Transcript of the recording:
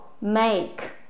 make